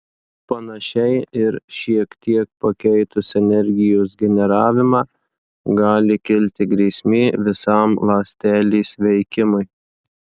panašiai ir šiek tiek pakeitus energijos generavimą gali kilti grėsmė visam ląstelės veikimui